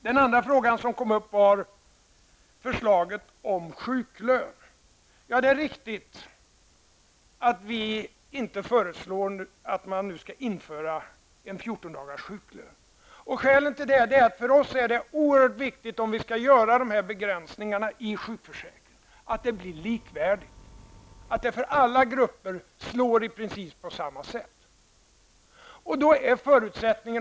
Den andra fråga som kom upp gällde förslaget om sjuklön. Det är riktigt att vi inte föreslår att man nu skall införa 14 dagars sjuklön. Skälen till det är att det för oss är oerhört viktigt, om vi skall göra dessa begränsningar i sjukförsäkringen, att de blir likvärdiga, att de för alla grupper slår i princip på samma sätt.